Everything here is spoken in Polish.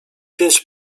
pięć